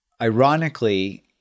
Ironically